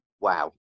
wow